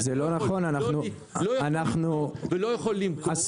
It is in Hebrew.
שאני לא יכול לקנות ולא יכול למכור,